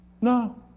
no